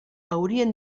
haurien